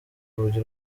rugi